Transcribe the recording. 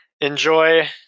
enjoy